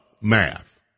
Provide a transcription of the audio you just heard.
math